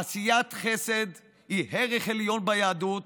עשיית חסד היא ערך עליון ביהדות